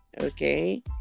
okay